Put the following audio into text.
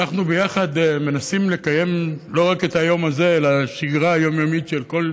שאנחנו ביחד מנסים לקיים לא רק את היום הזה אלא שגרה יומיומית של כל